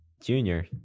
Junior